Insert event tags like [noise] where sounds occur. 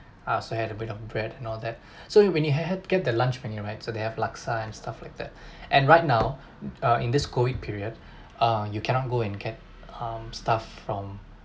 I also had a bit of bread and all that so when you had had get the lunch right so they have laksa and stuff like that [breath] and right now uh in this COVID period ah you cannot go and get uh stuff from